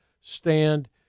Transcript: stand